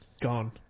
gone